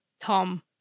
Tom